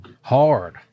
hard